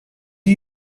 are